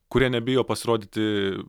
kurie nebijo pasirodyti